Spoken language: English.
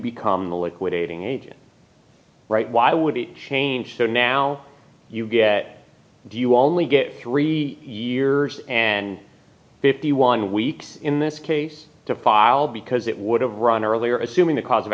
become the liquidating agent right why would it change so now you get do you only get three years and fifty one weeks in this case to file because it would have run earlier assuming the cause of